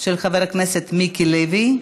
של חבר הכנסת מיקי לוי.